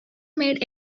made